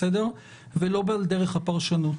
ולא בדרך הפרשנות.